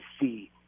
see